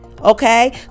Okay